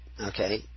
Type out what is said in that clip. okay